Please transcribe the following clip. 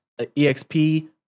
EXP